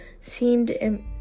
seemed